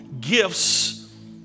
gifts